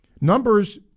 numbers